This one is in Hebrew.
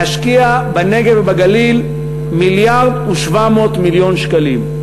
להשקיע בנגב ובגליל מיליארד ו-700 מיליון שקלים.